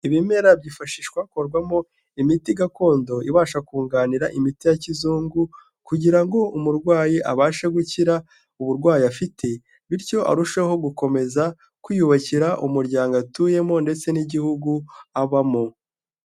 Ibimera byifashishwa hakorwamo imiti gakondo, ibasha kunganira imiti ya kizungu, kugira ngo umurwayi abashe gukira uburwayi afite, bityo arusheho gukomeza kwiyubakira umuryango atuyemo ndetse n'igihugu abamo.